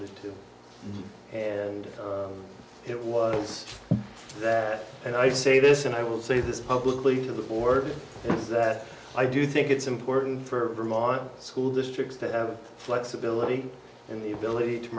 d to and it was that and i say this and i will say this publicly to the board that i do think it's important for mom school districts to have flexibility and the ability to